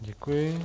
Děkuji.